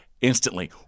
instantly